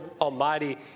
Almighty